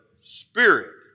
Spirit